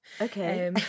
Okay